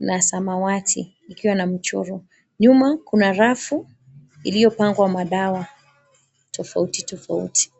na samawati ikiwa na mchoro. Nyuma kuna rafu iliyopangwa madawa tofauti tofauti.